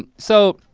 and so